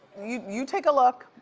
you you take a look.